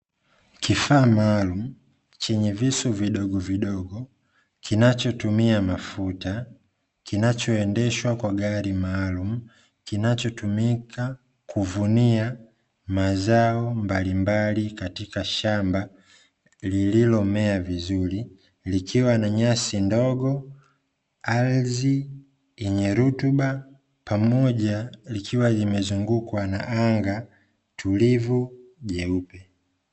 Kifaa maalumu chenye visu vidogovidogo, kinachotumia mafuta. Kinachoendeshwa kwa gari maalumu, kinachotumika kuvunia mazao mbalimbali katika shamba lililo mea vizuri na nyasi ndogo, ardhi yenye rutuba, likiwa limezungukwa na anga tulivu, jeupe.